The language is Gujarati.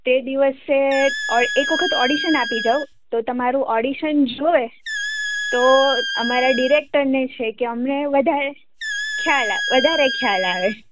તે દિવસે એક વખત ઓડિશન આપી જાઓ તો તમારું ઓડિશન જુએ તો અમારા ડિરેક્ટર ને છે કે અમને વધારે ખ્યાલ વધારે ખ્યાલ આવે